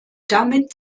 damit